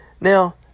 Now